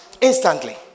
instantly